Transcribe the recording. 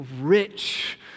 rich